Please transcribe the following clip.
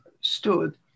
stood